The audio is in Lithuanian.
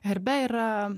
herbe yra